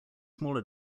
smaller